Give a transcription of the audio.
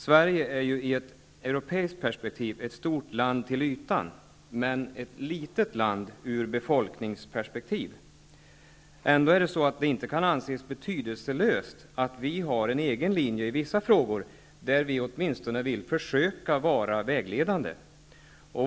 Sverige är ett, i europeiskt perspektiv, stort land till ytan men ett litet land ur befolkningsperspektiv. Ändå kan det inte anses betydelselöst att vi har en egen linje i vissa frågor där vi åtminstone vill försöka vara vägledande.